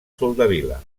soldevila